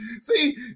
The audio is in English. See